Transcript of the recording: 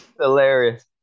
Hilarious